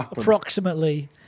Approximately